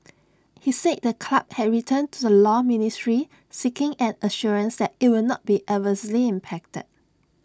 he said the club had written to the law ministry seeking an assurance that IT would not be adversely impacted